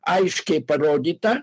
aiškiai parodyta